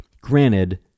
Granted